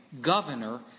governor